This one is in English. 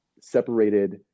separated